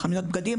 חנויות בגדים,